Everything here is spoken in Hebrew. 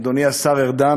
אדוני השר ארדן,